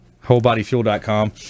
wholebodyfuel.com